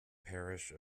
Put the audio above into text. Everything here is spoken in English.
parish